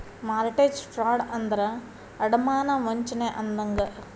mortgage fraud ಅಂದ್ರ ಅಡಮಾನ ವಂಚನೆ ಅಂದಂಗ